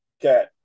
Okay